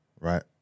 right